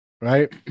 right